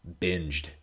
binged